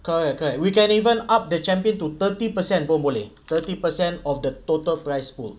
correct correct we can even up the champion to thirty percent pun boleh thirty percent of the total prize pool